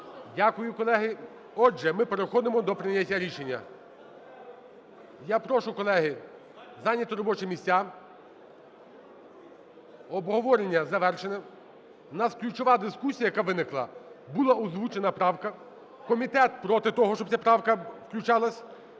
Дякую, колеги. Отже, ми переходимо до прийняття рішення. Я прошу, колеги, зайняти робочі місця. Обговорення завершене. У нас ключова дискусія, яка виникла, була озвучена правка, комітет проти того, щоб ця правка включалась